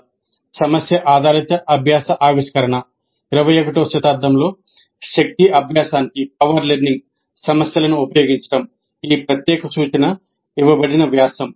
"సమస్య ఆధారిత అభ్యాస ఆవిష్కరణ 21 వ శతాబ్దంలో శక్తి అభ్యాసానికి సమస్యలను ఉపయోగించడం" ఈ ప్రత్యేక సూచన ఇవ్వబడిన వ్యాసం